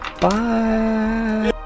Bye